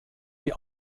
die